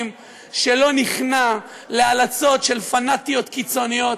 שלא נכנע להלצות של פנאטיות קיצוניות,